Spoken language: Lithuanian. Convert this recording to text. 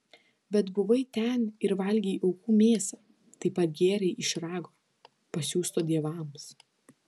bet buvai ten ir valgei aukų mėsą taip pat gėrei iš rago pasiųsto dievams